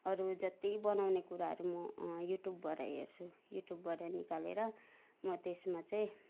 अरू जत्ति बनाउने कुराहरू म युट्युबबाट हेर्छु युट्युबबाट निकालेर म त्यसमा चाहिँ